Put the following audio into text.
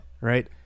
right